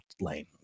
lane